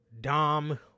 Dom